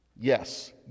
Yes